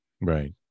Right